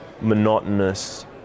monotonous